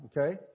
okay